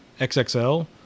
XXL